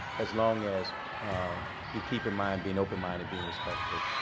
as long as you keep in mind being open minded, being respectful,